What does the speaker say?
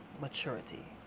maturity